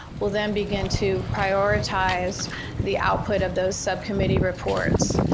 we'll then begin to prioritize the output of those subcommittee reports.